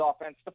offense